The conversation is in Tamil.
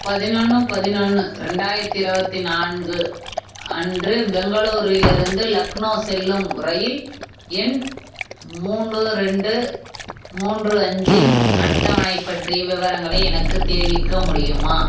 பதினொன்று பதினொன்று ரெண்டாயிரத்து இருபத்தி நான்கு அன்று பெங்களூரிலிருந்து லக்னோ செல்லும் ரயில் எண் மூணு ரெண்டு மூன்று அஞ்சின் அட்டவணை பற்றிய விவரங்களை எனக்குத் தெரிவிக்க முடியுமா